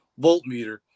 voltmeter